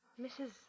Mrs